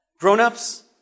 grown-ups